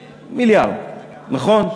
מיליארד, נכון?